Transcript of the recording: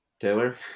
Taylor